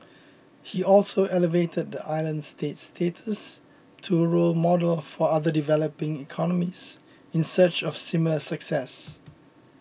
he also elevated the island state's status to a role model for other developing economies in search of similar success